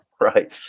right